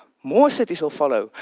more cities will follow.